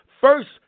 First